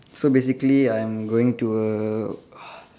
so basically I'm going to a